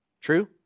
True